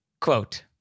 Quote